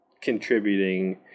contributing